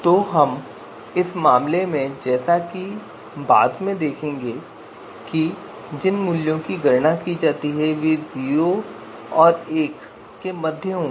तो इस मामले में जैसा कि हम बाद में देखेंगे कि हम जिन मूल्यों की गणना करते हैं वे 0 और 1 के बीच होंगे